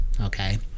Okay